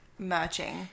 Merching